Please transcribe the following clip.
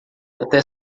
até